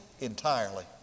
entirely